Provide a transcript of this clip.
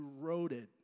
eroded